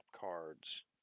cards